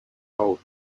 old